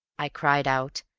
i cried out.